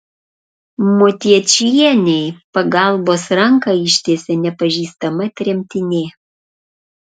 motiečienei pagalbos ranką ištiesė nepažįstama tremtinė